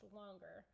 longer